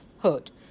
hurt